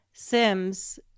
sims